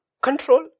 control